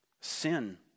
sin